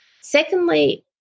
Secondly